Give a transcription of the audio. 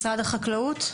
משרד החקלאות.